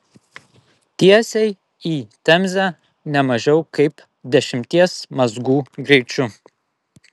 tiesiai į temzę ne mažiau kaip dešimties mazgų greičiu